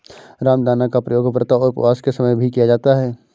रामदाना का प्रयोग व्रत और उपवास के समय भी किया जाता है